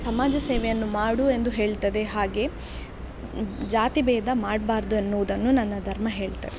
ಸಮಾಜ ಸೇವೆಯನ್ನು ಮಾಡು ಎಂದು ಹೇಳ್ತದೆ ಹಾಗೆ ಜಾತಿ ಭೇದ ಮಾಡಬಾರ್ದು ಅನ್ನುವುದನ್ನು ನನ್ನ ಧರ್ಮ ಹೇಳ್ತದೆ